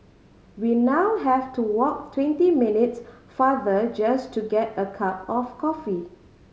we now have to walk twenty minutes farther just to get a cup of coffee